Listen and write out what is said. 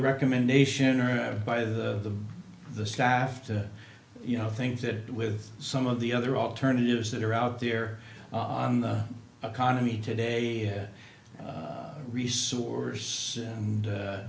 recommendation or by the staff that you know think that with some of the other alternatives that are out there on the economy today a resource and